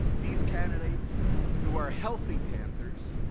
these candidates who are healthy panthers